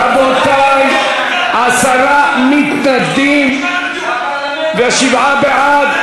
רבותי, עשרה מתנגדים ושבעה בעד.